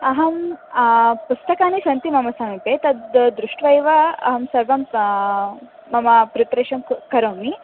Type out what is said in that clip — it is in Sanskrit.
अहं पुस्तकानि सन्ति मम समीपे तद् दृष्ट्वा एव अहं सर्वं मम प्रिप्रेषन् करोमि